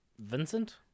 Vincent